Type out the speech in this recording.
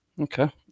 Okay